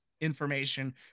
information